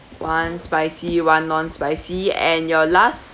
one spicy one non-spicy and your last